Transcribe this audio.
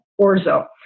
orzo